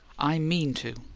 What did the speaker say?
i mean to!